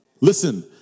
Listen